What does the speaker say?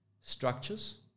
structures